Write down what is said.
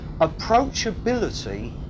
approachability